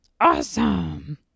Awesome